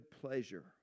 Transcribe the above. pleasure